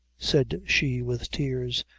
said she, with tears,